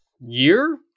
year